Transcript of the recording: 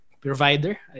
provider